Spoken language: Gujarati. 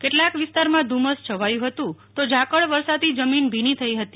કેટલાક વિસ્તારોમાં ધુમસ છવાયું હતું તો ઝાકળ વર્ષથી જમીન ભીની થઇ હતી